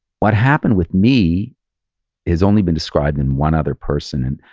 what happened with me is only been described in one other person. and